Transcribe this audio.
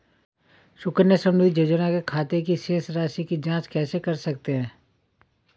सुकन्या समृद्धि योजना के खाते की शेष राशि की जाँच कैसे कर सकते हैं?